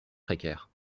précaires